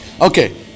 Okay